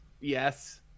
Yes